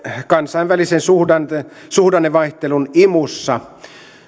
kansainvälisen suhdannevaihtelun imussa